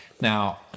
Now